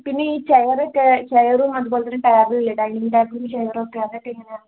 പിന്നെ ഈ ചെയറൊക്കെ ചെയെയറും അതുപോലെന്നെ ടേി ഇ ഡൈനിങ് ടബിും ചെയറൊക്കെ അതക്കെങ്ങനെയാണ്